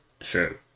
sure